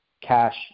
cash